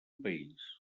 país